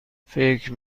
فکر